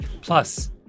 Plus